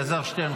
אלעזר שטרן,